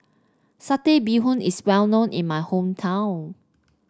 Satay Bee Hoon is well known in my hometown